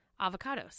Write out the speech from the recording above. avocados